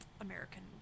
American